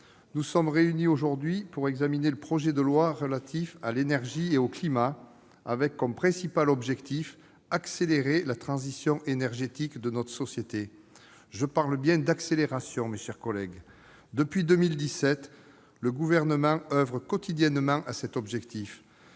nous sommes réunis aujourd'hui pour examiner le projet de loi relatif à l'énergie et au climat, dont l'objectif principal est d'accélérer la transition énergétique de notre société. Il s'agit bien d'une accélération, mes chers collègues, tant, depuis 2017, le Gouvernement oeuvre quotidiennement à cet objectif.